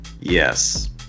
Yes